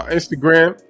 Instagram